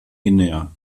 guinea